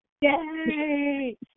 Yay